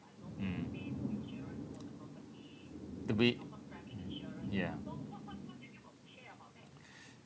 mm to be ya